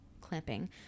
clamping